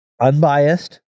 unbiased